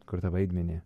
kurtą vaidmenį